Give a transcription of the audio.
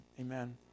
Amen